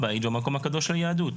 זכויות -- ולגופו של עניין, מה תגובתך?